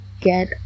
get